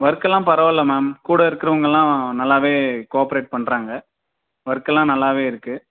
ஒர்க்லாம் பரவாயில்ல மேம் கூட இருக்கிறவங்கள்லாம் நல்லாவே கோவாப்பரேட் பண்ணுறாங்க ஒர்க்கெல்லாம் நல்லாவே இருக்கு